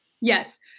Yes